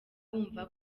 bumva